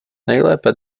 nejlépe